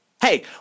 Hey